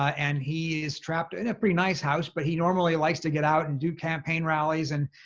ah and he is trapped in a pretty nice house, but he normally likes to get out and do campaign rallies and,